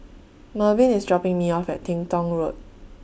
Mervin IS dropping Me off At Teng Tong Road